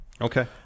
Okay